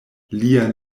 lia